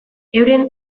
euren